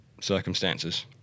circumstances